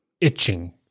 itching